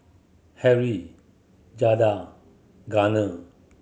Harrie Jada Garner